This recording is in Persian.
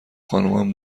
خانمم